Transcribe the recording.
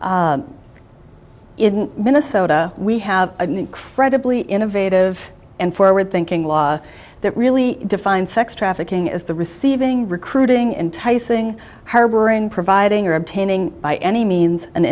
in minnesota we have an incredibly innovative and forward thinking law that really defines sex trafficking is the receiving recruiting enticing harboring providing or obtaining by any means an